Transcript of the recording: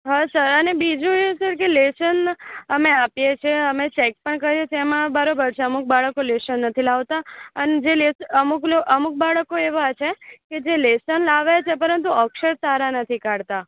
હા સર અને બીજું એ સર કે લેશન અમે આપીએ છીએ અમે ચેક પણ કર્યું તેમાં બરોબર છે અમૂક બાળકો લેહસન નથી લાવતા ને જે અમુક અમુક બાળકો એવા છે કે જે લેશન લાવે છે પરંતુ અક્ષર સારા નથી કાઢતા